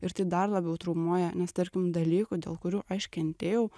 ir tai dar labiau traumuoja nes tarkim dalykų dėl kurių aš kentėjau